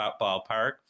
ballpark